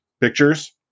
pictures